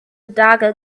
dagger